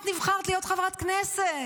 את נבחרת להיות חברת כנסת,